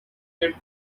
that